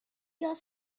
jag